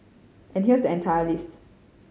and here's the entire list